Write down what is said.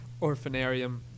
Orphanarium